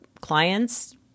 clients